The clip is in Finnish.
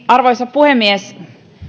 arvoisa puhemies